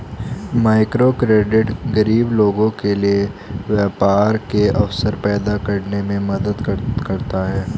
microcredit गरीब लोगों के लिए व्यापार के अवसर पैदा करने में मदद करता है